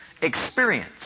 experience